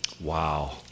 Wow